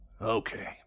Okay